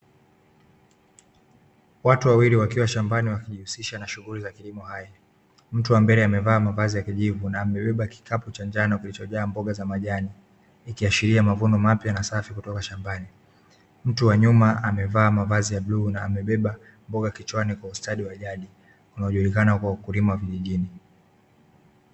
Watu wawili wakiwa shambani wakijihusisha na shughuli za kilimo hai. Mtu wa mbele amevaa mavazi ya kijivu na ameIbeba kikapu cha njano kilichojaa mboga za majani, ikiashiria mavuno mapya na safi kutoka shambani; mtu wa nyuma amevaa mavazi ya bluu na amebeba mboga kichwani kwa ustadi wa jadi unaojulikana kuwa ukulima wa vijijini.